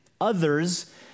Others